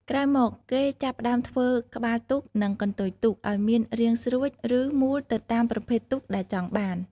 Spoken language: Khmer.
ក្រោយមក គេចាប់ផ្តើមធ្វើ ក្បាលទូក និង កន្ទុយទូក ឲ្យមានរាងស្រួច ឬមូលទៅតាមប្រភេទទូកដែលចង់បាន។